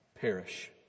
perish